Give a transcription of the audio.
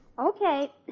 Okay